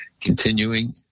continuing